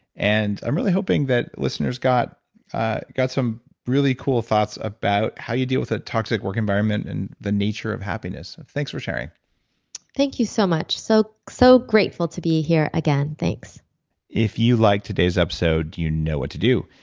and i'm really hoping that listeners got ah got some really cool thoughts about how you deal with a toxic work environment and the nature of happiness. thanks for sharing thank you so much. so so grateful to be here again. thanks if you liked today's episode, you know what to do.